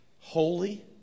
Holy